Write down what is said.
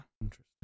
Interesting